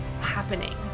happening